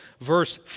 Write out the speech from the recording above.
Verse